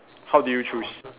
how did you choose